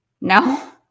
No